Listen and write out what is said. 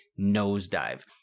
nosedive